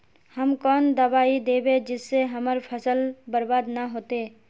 हम कौन दबाइ दैबे जिससे हमर फसल बर्बाद न होते?